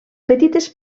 petites